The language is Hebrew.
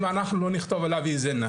אם אנחנו לא נכתוב ונביא את זה,